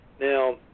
Now